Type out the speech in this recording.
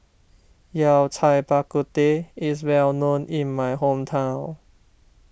Yao Cai Bak Kut Teh is well known in my hometown